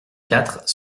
quatre